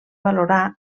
valorar